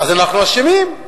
אז אנחנו אשמים.